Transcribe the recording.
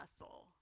muscle